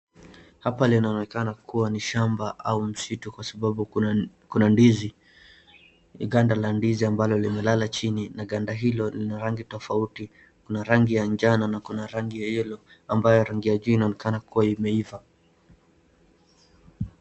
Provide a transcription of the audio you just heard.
Hapa linaonekana kuwa ni shamba au msitu kwa sababu kuna ndizi. Ni ganda la ndizi amblo limelala chini, na ganda hilo lina rangi tofauti. Kuna rangi ya njano na kuna rangi ya yellow , ambayo rangi ya juu inaonekana kukuwa imeiva.